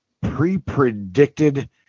pre-predicted